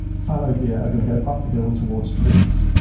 fallow deer are going to go uphill towards trees.